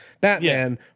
Batman